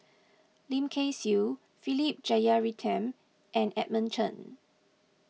Lim Kay Siu Philip Jeyaretnam and Edmund Chen